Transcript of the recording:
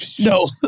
No